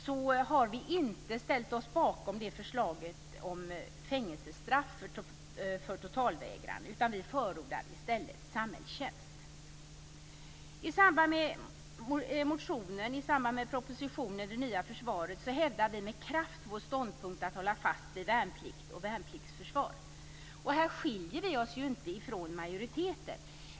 Vi har inte ställt oss bakom Pliktutredningens förslag om fängelsestraff för totalvägran. Vi förordar i stället samhällstjänst. I motionen i samband med propositionen Det nya försvaret hävdar vi med kraft vår ståndpunkt att hålla fast vid värnplikt och värnpliktsförsvar. Här skiljer vi oss inte från majoriteten.